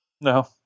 no